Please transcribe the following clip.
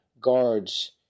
guards